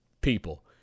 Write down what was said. people